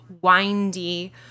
windy